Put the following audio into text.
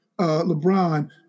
LeBron –